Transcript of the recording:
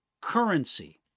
currency